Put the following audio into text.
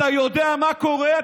אתה יודע מה קורה?